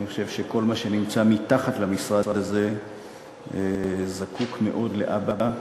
אני חושב שכל מה שנמצא מחת למשרד הזה זקוק מאוד לאבא,